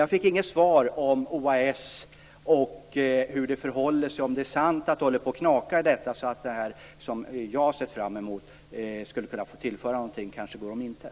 Jag fick inget svar om OAS och hur det förhåller sig, om det är sant att det knakar i arbetet så att det som jag har sett fram emot, därför att det skulle kunna tillföra någonting, kanske går om intet.